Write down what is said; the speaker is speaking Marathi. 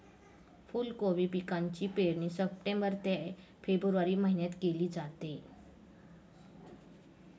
फुलकोबी पिकाची पेरणी सप्टेंबर ते फेब्रुवारी महिन्यात केली जाते